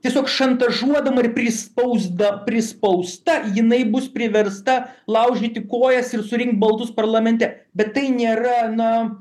tiesiog šantažuodama ir prispausda prispausta jinai bus priversta laužyti kojas ir surinkt baldus parlamente bet tai nėra na